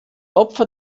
opfer